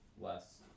Less